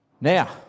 Now